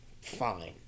Fine